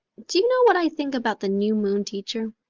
do you know what i think about the new moon, teacher?